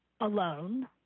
alone